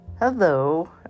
Hello